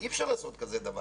אי אפשר לעשות כזה דבר.